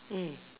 mm